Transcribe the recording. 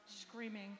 screaming